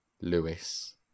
Lewis